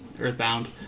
Earthbound